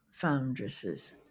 foundresses